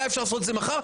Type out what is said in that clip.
היה אפשר לעשות את זה מחר.